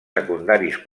secundaris